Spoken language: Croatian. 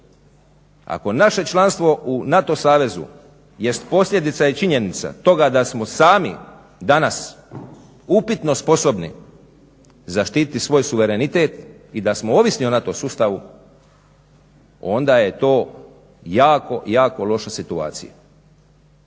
Ako naše članstvo u NATO savezu jest posljedica i činjenica toga da smo sami danas upitno sposobni zaštititi svoj suverenitet i da smo ovisni o NATO sustavu onda je to jako, jako loša situacija.